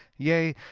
yea,